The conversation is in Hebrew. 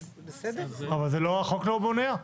אבל החוק לא מונע.